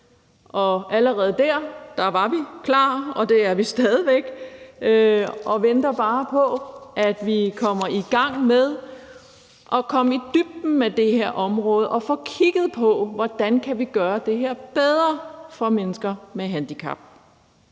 og allerede der var vi klar, og det er vi stadig væk. Vi venter bare på, at vi kommer i gang med at komme i dybden med det her område og få kigget på, hvordan vi kan gøre det her bedre for mennesker med handicap.